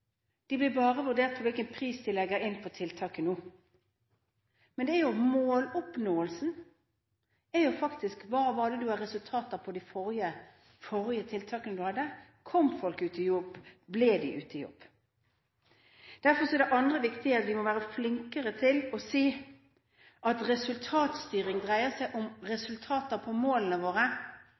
de blir bare vurdert på grunnlag av hvilken pris de legger inn på tiltaket. Men måloppnåelsen er jo hva du hadde av resultater på de forrige tiltakene du hadde. Kom folk ut i jobb? Ble de i jobb? Derfor er det andre viktige punktet at vi må være flinkere til å si at resultatstyring dreier seg om resultater på målene våre,